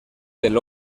del